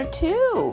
two